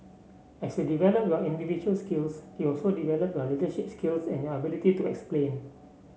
as you develop your individual skills you also develop your leadership skills and your ability to explain